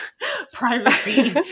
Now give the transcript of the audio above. Privacy